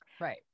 Right